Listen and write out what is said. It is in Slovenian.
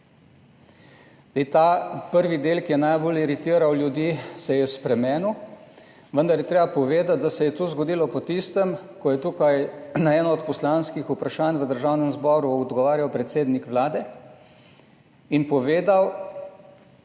Ta prvi del, ki je najbolj iritiral ljudi, se je spremenil, vendar je treba povedati, da se je to zgodilo po tistem, ko je tukaj na eno od poslanskih vprašanj v Državnem zboru odgovarjal predsednik Vlade in povedal,